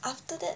after that